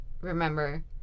remember